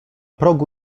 progu